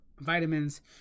vitamins